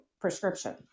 prescription